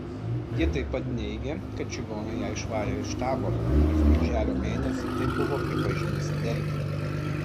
ji taip pat neigė kad čigonai ją išvarė iš taboro nors birželio mėnesį tai buvo pripažinusi delfi